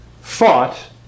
fought